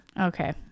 Okay